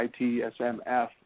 ITSMF